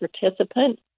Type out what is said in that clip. participant